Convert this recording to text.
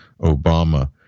Obama